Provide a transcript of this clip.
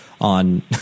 on